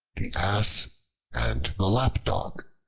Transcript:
the ass and the lapdog